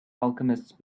alchemists